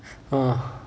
!huh!